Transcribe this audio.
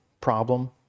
problem